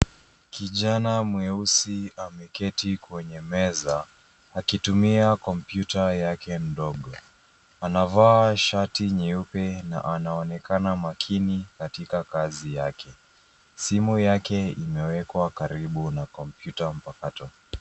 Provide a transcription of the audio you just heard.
Kijana mweusi ameketi kwenye meza akitumia kompyuta yake ndogo. Anavaa shati nyeupe na anaonekana makini katika kazi yake. Simu yake imewekwa karibu na kompyuta mpakato.